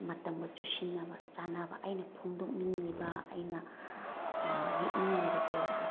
ꯃꯇꯝꯒ ꯆꯨꯁꯤꯟꯅꯕ ꯆꯥꯅꯕ ꯑꯩꯅ ꯐꯣꯡꯗꯣꯛꯅꯤꯡꯂꯤꯕ ꯑꯩꯅ ꯌꯦꯛꯅꯤꯡꯂꯤꯕ ꯄꯣꯠꯇꯣ